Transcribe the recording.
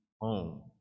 home